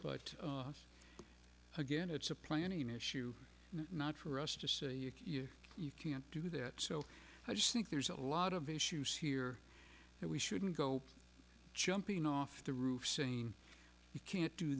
but again it's a planning issue not for us to say you you you can't do that so i just think there's a lot of issues here that we shouldn't go jumping off the roof saying you can't do